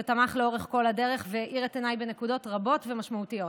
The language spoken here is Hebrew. תמך לאורך כל הדרך והאיר את עיניי בנקודות רבות ומשמעותיות.